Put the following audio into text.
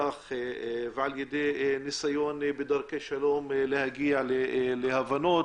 ועל ידי ניסיון בדרכי שלום להגיע להבנות.